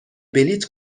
بلیط